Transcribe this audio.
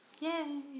Yay